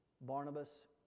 Barnabas